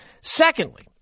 Secondly